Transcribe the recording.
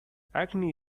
acne